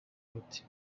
claude